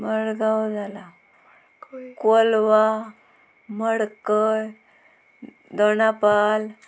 मडगांव जाला कोलवा मडकय दोनापावल